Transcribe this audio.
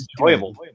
enjoyable